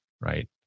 right